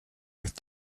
with